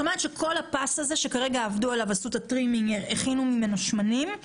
זאת אומרת שכל הפס הזה שכרגע עבדו עליו והכינו ממנו שמנים,